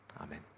Amen